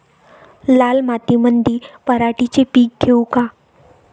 लाल मातीमंदी पराटीचे पीक घेऊ का?